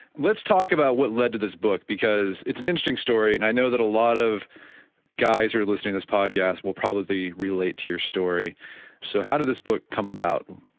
let's talk about what led to this book because it's an interesting story, and i know that a lot of guys who are listening to this podcast will probably relate to your story so how does this book come about?